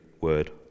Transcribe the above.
word